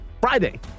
Friday